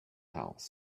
house